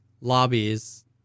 lobbies